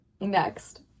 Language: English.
next